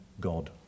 God